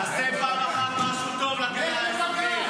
תעשה פעם אחת משהו טוב למדינה הזאת.